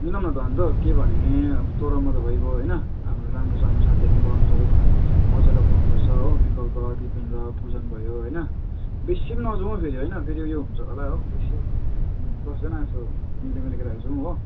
मिलाउँ न त अन्त के भने अन्त तँ र म त भइगयो होइन हाम्रो राम्रो साम्रो साथीहरूलाई बोलाउनु सबैजना अजयलाई बोलाउनु पर्छ हो विकल्प दिपेन्द्र पुजन भयो होइन बेसी पनि नजाउँ हौ फेरि होइन फेरि उयो हुन्छ होला बेसी पनि उम् दसजना जस्तो मिल्ने मिल्ने केटाहरू जाउँ हो